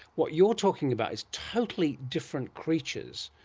what you're talking about is totally different creatures.